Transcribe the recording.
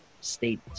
state